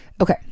okay